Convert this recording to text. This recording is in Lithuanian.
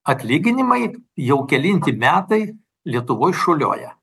atlyginimai jau kelinti metai lietuvoj šuoliuoja